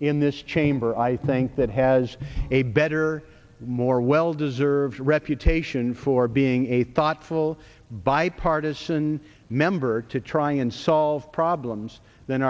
in this chamber i think that has a better more well deserved reputation for being a thoughtful bipartisan member to try and solve problems than